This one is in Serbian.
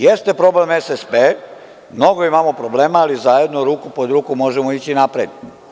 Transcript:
Jeste problem SSP, mnogo imamo problema, ali zajedno, ruku pod ruku, možemo ići napred.